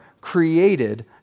created